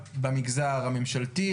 במגזר הממשלתי,